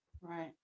Right